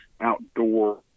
outdoor